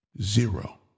Zero